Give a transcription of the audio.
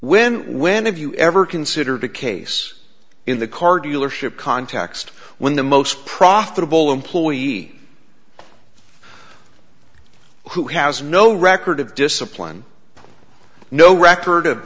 when when have you ever considered a case in the car dealership context when the most profitable employee who has no record of discipline no record of